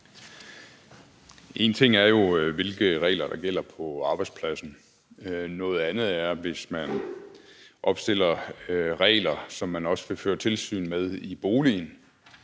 En ting er jo, hvilke regler der gælder på arbejdspladsen; noget andet er, hvis man opstiller regler, som man også vil føre tilsyn med i boligen.